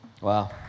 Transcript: Wow